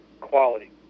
quality